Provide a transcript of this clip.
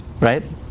right